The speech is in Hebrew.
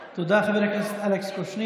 מקווה שהקואליציה הזאת תמשיך ותתפקד,